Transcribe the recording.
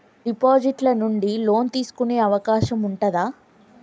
Deposit ల నుండి loan తీసుకునే అవకాశం ఉంటదా?